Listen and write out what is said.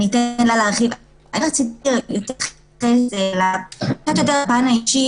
אני אתן לה להרחיב קצת יותר על הפן האישי